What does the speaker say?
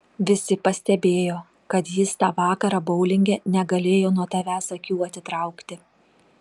visi pastebėjo kad jis tą vakarą boulinge negalėjo nuo tavęs akių atitraukti